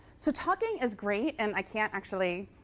so talking is great, and i can't actually